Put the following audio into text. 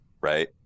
right